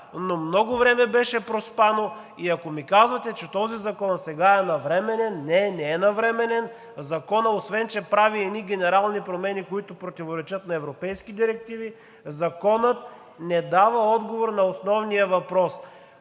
но много време беше проспано и ако ми казвате, че този закон сега е навременен. Не, не е навременен. Законът, освен че прави едни генерални промени, които противоречат на европейски директиви, законът не дава отговор на основния въпрос: